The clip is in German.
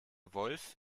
wolff